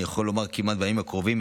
אני יכול לומר כמעט בימים הקרובים,